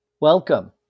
Welcome